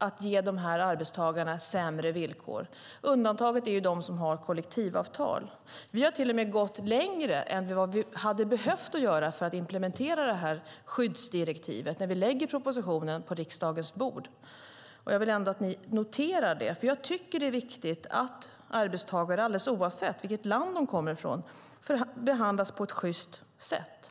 att ge dessa arbetstagare sämre villkor. Undantaget är de som har kollektivavtal. Vi har till och med gått längre än vad vi hade behövt göra för att implementera detta skyddsdirektiv när vi lägger propositionen på riksdagens bord. Jag vill att ni noterar det. För mig är det viktigt att arbetstagare, oavsett vilket land de kommer från, behandlas på ett sjyst sätt.